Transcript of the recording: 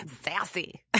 Sassy